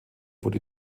wurde